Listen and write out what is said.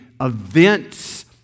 events